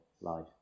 life